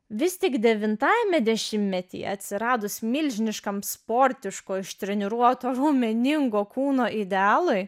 vis tik devintajame dešimtmetyje atsiradus milžiniškam sportiško ištreniruoto raumeningo kūno idealui